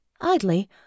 Idly